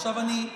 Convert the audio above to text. עכשיו אני,